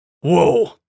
whoa